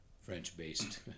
French-based